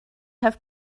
have